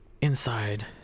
inside